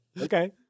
Okay